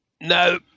No